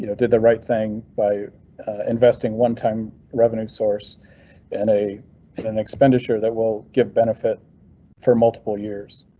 you know did the right thing by investing one time revenue source and a an expenditure that will give benefit for multiple years.